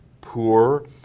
poor